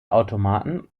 automaten